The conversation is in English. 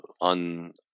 on